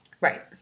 Right